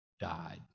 died